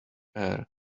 air